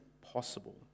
possible